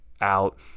out